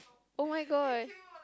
oh-my-god